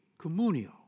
communio